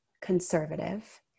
conservative